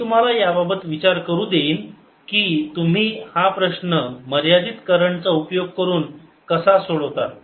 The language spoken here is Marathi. मी तुम्हाला याबाबत विचार करू देईन की तुम्ही हा प्रश्न मर्यादित करंट चा उपयोग करून कसा सोडतात